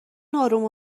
آروم